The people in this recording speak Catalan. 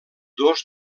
dos